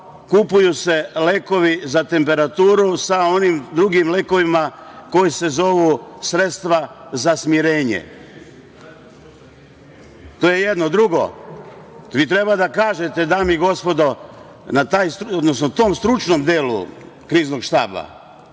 kupuju se lekovi za temperaturu sa onim drugim lekovima koji se zovu sredstva za smirenje? To je jedno. Drugo, vi treba da kažete, dame i gospodo, tom stručnom delu Kriznog štaba,